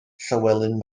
llywelyn